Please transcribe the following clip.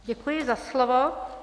Děkuji za slovo.